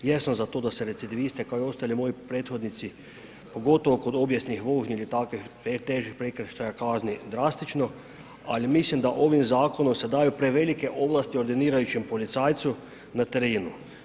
I ja sam za to da se recidiviste kao i ostali moji prethodnici, pogotovo kod obijesnih vožnji ili takvih težih prekršaja kazni drastično, ali mislim da ovim zakonom se daju prevelike ovlasti ordinirajućem policajcu na terenu.